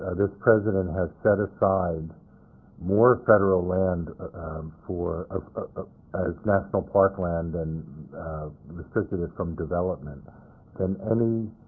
ah this president has set aside more federal land for as national park land and restricted it from development than any